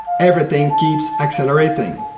everything keeps accelerating.